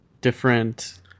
different